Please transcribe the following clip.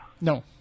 No